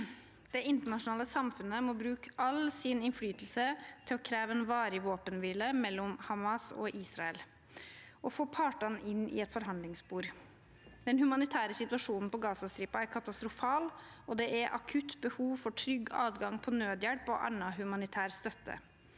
Det internasjonale sam- funnet må bruke all sin innflytelse til å kreve en varig våpenhvile mellom Hamas og Israel og få partene inn i et forhandlingsspor. Den humanitære situasjonen på Gazastripen er katastrofal, og det er akutt behov for trygg adgang til nødhjelp og annen humanitær støtte.